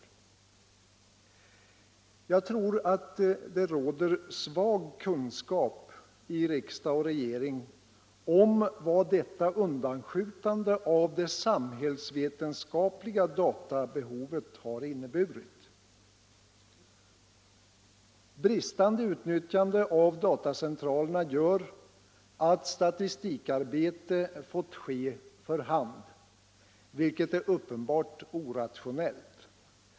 ADB inom folkbok Jag tror att det finns mycket litet kunskap i riksdag och regering om = föringsoch vad detta undanskjutande av det samhällsvetenskapliga databehovet har — beskattningsområinneburit. Bristande utnyttjande av datacentralerna gör att statistikarbete — det fått ske för hand, vilket är uppenbart orationellt.